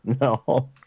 No